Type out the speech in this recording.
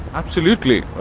absolutely,